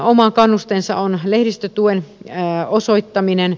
oma kannusteensa on lehdistötuen osoittaminen